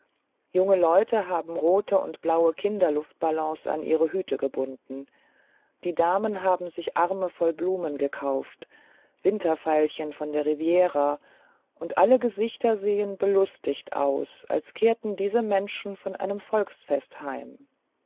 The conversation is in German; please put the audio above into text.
junge leute haben rote und blaue kinderluftballons an ihre hüte gebunden damen haben sich arme voll blumen gekauft winterveilchen von der riviera und alle gesichter sehen belustigt aus als kehrten diese menschen von einem volksfest heim